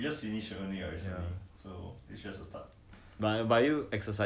like I I I this this morning wake up I also 不知道要做什么